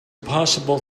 possible